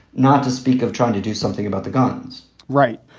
not to speak of trying to do something about the guns right.